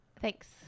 Thanks